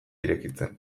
irekitzen